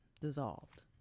dissolved